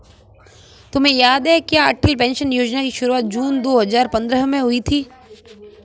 तुम्हें याद है क्या अटल पेंशन योजना की शुरुआत जून दो हजार पंद्रह में हुई थी?